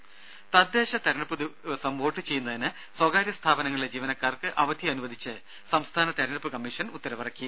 ദേദ തദ്ദേശ തിരഞ്ഞെടുപ്പ് ദിവസം വോട്ട് ചെയ്യുന്നതിന് സ്വകാര്യ സ്ഥാപനങ്ങളിലെ ജീവനക്കാർക്ക് അവധി അനുവദിച്ച് സംസ്ഥാന തിരഞ്ഞെടുപ്പ് കമ്മീഷൻ ഉത്തരവിറക്കി